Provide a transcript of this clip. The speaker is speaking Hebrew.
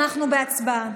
אנחנו בהצבעה.